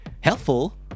helpful